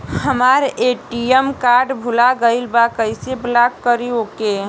हमार ATM card भूला गईल बा कईसे ब्लॉक करी ओके?